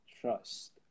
trust